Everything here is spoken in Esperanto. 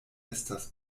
estas